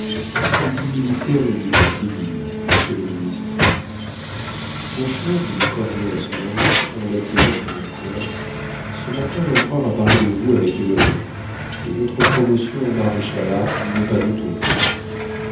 qui dit militaire ne dit pas civil monsieur le ministre mon cher dit montcornet à soulanges en l'attirant dans un coin ce matin l'empereur a parlé de vous avec éloge et votre promotion au maréchalat n'est pas douteuse